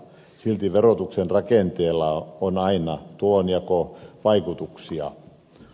silti verotuksen rakenteella on aina tulonjakovaikutuksia